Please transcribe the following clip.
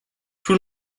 tout